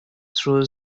through